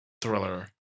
thriller